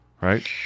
Right